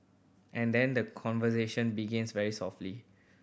and then the conversation begins very softly